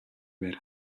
байр